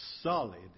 solid